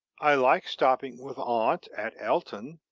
i liked stopping with aunt at ellton,